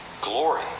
Glory